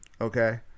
okay